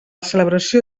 celebració